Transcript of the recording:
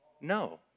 No